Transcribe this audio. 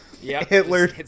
Hitler